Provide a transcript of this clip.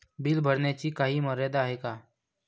Bill भरण्याची काही मर्यादा आहे का?